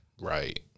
Right